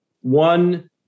one